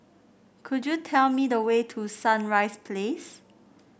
could you tell me the way to Sunrise Place